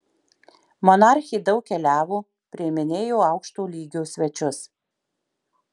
monarchė daug keliavo priiminėjo aukšto lygio svečius